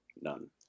None